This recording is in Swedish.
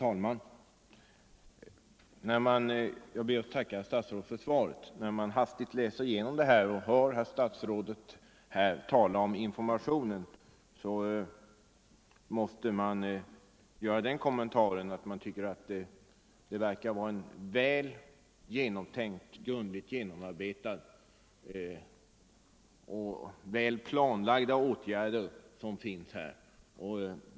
Herr talman! Jag ber att få tacka för svaret. När statsrådet talade om informationen gjorde jag den reflexionen att de åtgärder som planeras verkar vara väl genomtänkta och grundligt genomarbetade.